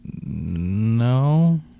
no